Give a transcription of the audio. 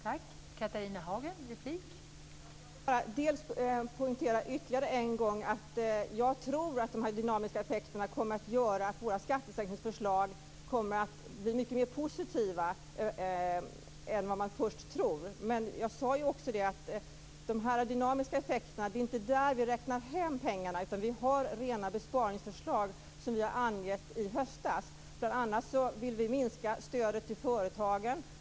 Fru talman! Jag vill bara poängtera ytterligare en gång att jag tror att de dynamiska effekterna kommer att göra att våra skattesänkningsförslag kommer att bli mycket mer positiva än man först tror. Men jag sade också att det inte är genom de dynamiska effekterna som vi räknar hem pengarna. Vi har rena besparingsförslag som vi angav i höstas. Bl.a. vill vi minska stödet till företagen.